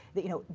you know,